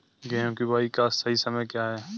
गेहूँ की बुआई का सही समय क्या है?